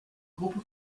gruppe